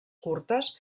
curtes